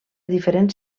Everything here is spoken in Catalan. diferents